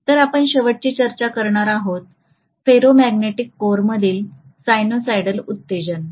तर आपण शेवटची चर्चा करणार आहोत फेरोमॅग्नेटिक कोरमधील साइनसॉइडल उत्तेजन